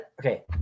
okay